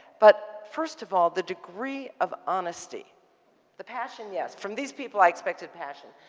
but, first of all, the degree of honesty the passion, yes. from these people i expected passion.